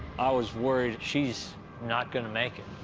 i was worried she's not gonna make it.